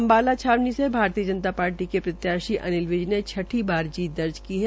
अम्बाला छावनी से भारतीय जनता पार्टी के प्रत्याशी अनिल विज ने छठी बार जीत दर्ज की है